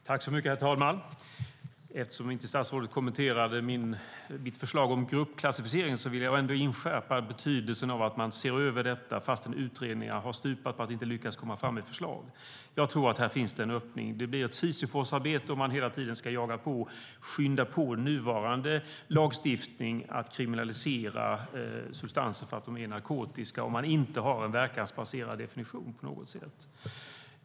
Herr talman! Eftersom statsrådet inte kommenterade mitt förslag om gruppklassificering vill jag inskärpa betydelsen av att man ser över detta fastän utredningar har stupat på att de inte lyckats komma fram med förslag. Jag tror att det finns en öppning här. Det blir ett sisyfosarbete om man hela tiden ska skynda på nuvarande lagstiftning när det gäller att kriminalisera substanser för att de är narkotiska om man inte på något sätt har en verkansbaserad definition.